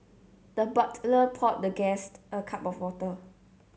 the butler the poured the guest a cup of water